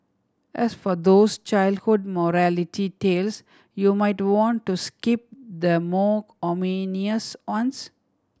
as for those childhood morality tales you might want to skip the more ominous ones